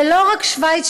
ולא רק שווייץ,